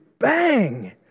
bang